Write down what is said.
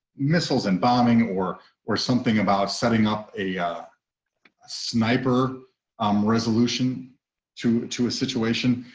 missiles and bombing or or something about setting up a sniper um resolution to to a situation.